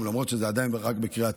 למרות שזה עדיין רק בקריאה הטרומית,